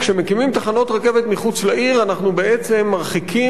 כשמקימים תחנות רכבת מחוץ לעיר אנחנו בעצם מרחיקים